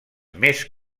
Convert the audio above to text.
més